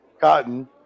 Cotton